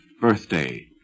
birthday